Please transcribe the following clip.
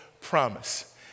promise